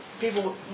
people